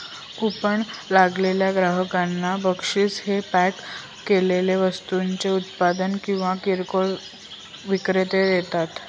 coupon लागलेल्या ग्राहकांना बक्षीस हे पॅक केलेल्या वस्तूंचे उत्पादक किंवा किरकोळ विक्रेते देतात